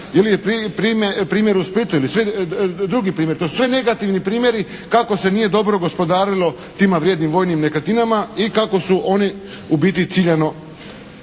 ili primjer u Splitu ili drugi primjer. To su sve negativni primjeri kako se nije dobro gospodarilo tima vrijednim vojnim nekretninama i kako su oni u biti ciljano